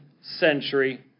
century